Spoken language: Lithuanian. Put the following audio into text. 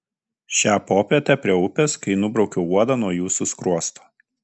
šią popietę prie upės kai nubraukiau uodą nuo jūsų skruosto